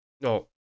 no